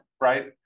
right